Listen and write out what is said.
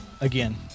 again